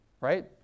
Right